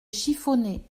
chiffonnet